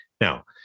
Now